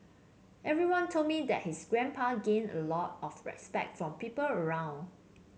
everyone told me that his grandpa gained a lot of respect from people around